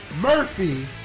Murphy